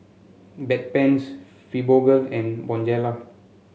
Bedpans Fibogel and Bonjela